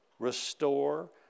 Restore